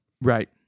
Right